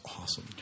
awesome